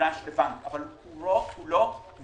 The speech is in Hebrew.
נדרש בבנק, אבל כולו מתרומות